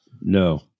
no